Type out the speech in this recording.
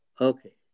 Okay